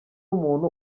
umuntu